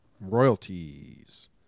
royalties